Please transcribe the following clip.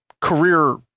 career